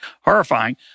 horrifying